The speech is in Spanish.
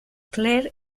clair